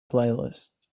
playlist